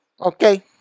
Okay